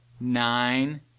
nine